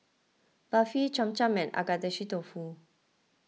Barfi Cham Cham and Agedashi Dofu